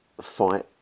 fight